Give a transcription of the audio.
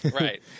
Right